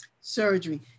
surgery